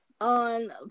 on